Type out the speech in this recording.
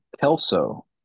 Kelso